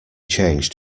changed